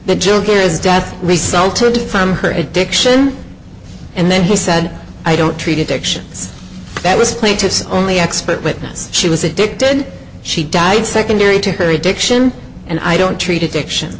resulted from her addiction and then he said i don't treat addictions that was plaintiff's only expert witness she was addicted she died secondary to her addiction and i don't treat addiction